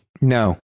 No